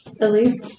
Ellie